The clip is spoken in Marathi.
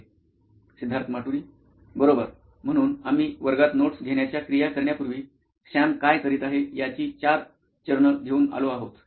सिद्धार्थ माटुरी मुख्य कार्यकारी अधिकारी नॉइन इलेक्ट्रॉनिक्स बरोबर म्हणून आम्ही वर्गात नोट्स घेण्याच्या क्रिया करण्यापूर्वी सॅम काय करीत आहे याची चार चरणं घेऊन आलो आहोत